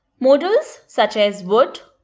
modals such as would,